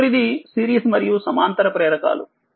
తదుపరిది సిరీస్ మరియు సమాంతర ప్రేరకాలు